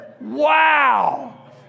Wow